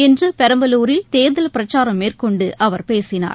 இன்று பெரம்பலூரில் தேர்தல் பிரச்சாரம் மேற்கொண்டு அவர் பேசினார்